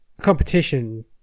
competition